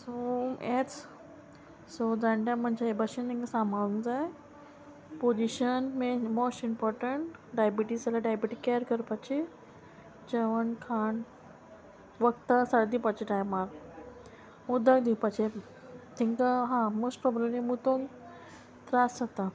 so येंच so जाणट्या मनशा हें भाशेन तांकां सांबाळूंक जाय position main most important diabetes जाल्यार डायबिटीज कॅर करपाची जेवण खाण वखदां सारकें दिवपाचे टायमार उदक दिवपाचें तांकां हां मोस्ट प्रोब्लेम त्रास जाता